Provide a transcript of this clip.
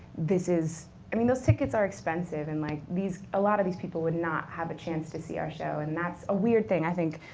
this is i mean, the tickets are expensive. and like a lot of these people would not have a chance to see our show. and that's a weird thing, i think,